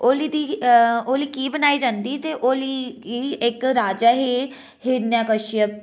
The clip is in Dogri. होली दी होली कीऽ बनाई जन्दी ते होली कीऽ इक राजा हे हिरण्यकश्यप